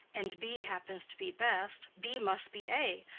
and b happens to be best, b must be a,